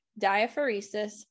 diaphoresis